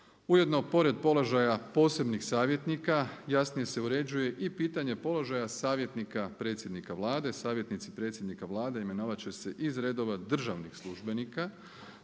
Ujedno pored položaja posebnih savjetnika jasnije se uređuje i pitanje položaja savjetnika predsjednika Vlade, savjetnici predsjednika Vlade imenovat će se iz reda državnih službenika